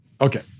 Okay